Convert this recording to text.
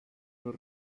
non